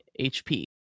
HP